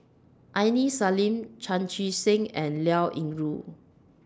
Aini Salim Chan Chee Seng and Liao Yingru